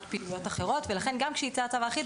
פעילויות אחרות ולכן גם כשיצא הצו האחיד,